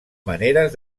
maneres